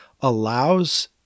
allows